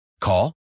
Call